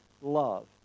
love